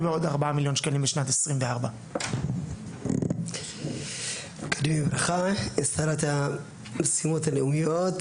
ועוד 4 מיליון שקלים בשנת 2024. שרת המשימות הלאומיות,